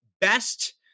best